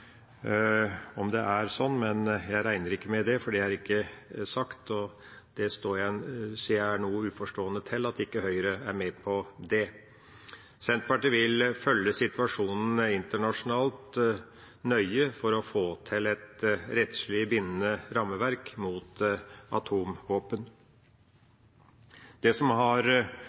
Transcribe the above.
det er sånn, men jeg regner ikke med det, for det er ikke sagt, og jeg stiller meg noe uforstående til at Høyre ikke er med på den. Senterpartiet vil følge situasjonen internasjonalt nøye for å få til et rettslig bindende rammeverk mot atomvåpen. Det som har